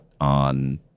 on